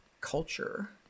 culture